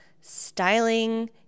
styling